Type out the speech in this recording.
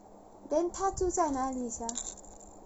then 她住在哪里 sia